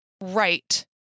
right